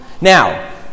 Now